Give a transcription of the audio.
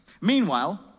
Meanwhile